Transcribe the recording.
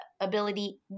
ability